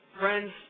Friends